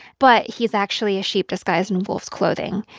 but he's actually a sheep disguised in wolf's clothing.